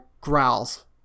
growls